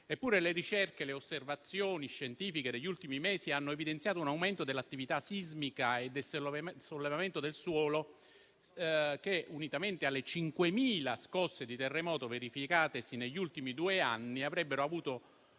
Eppure le ricerche e le osservazioni scientifiche degli ultimi mesi hanno evidenziato un aumento dell'attività sismica e del sollevamento del suolo che, unitamente alle 5.000 scosse di terremoto verificatesi negli ultimi due anni, avrebbero dovuto